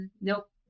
nope